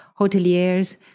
hoteliers